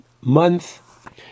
month